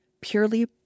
purely